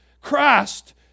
Christ